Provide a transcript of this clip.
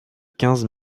quinze